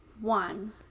one